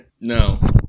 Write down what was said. no